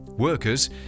workers